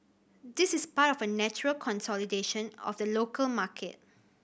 this is part of a natural consolidation of the local market